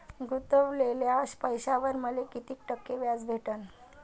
गुतवलेल्या पैशावर मले कितीक टक्के व्याज भेटन?